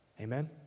Amen